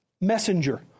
Messenger